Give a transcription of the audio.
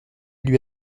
lui